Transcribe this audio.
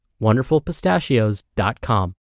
wonderfulpistachios.com